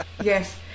Yes